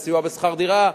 בסיוע בשכר דירה,